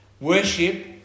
Worship